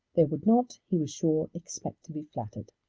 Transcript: they would not, he was sure, expect to be flattered.